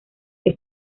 que